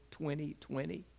2020